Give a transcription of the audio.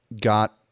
got